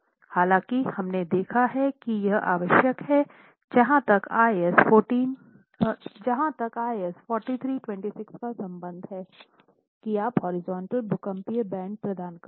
हालाँकि हमने देखा है कि यह आवश्यक है जहाँ तक IS 4326 का संबंध है कि आप हॉरिजॉन्टल भूकंपीय बैंड प्रदान करते हैं